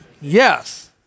Yes